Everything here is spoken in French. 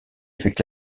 avec